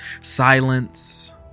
Silence